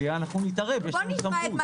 אנחנו נתערב ונפעיל את הסמכות.